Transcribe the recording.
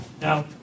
Now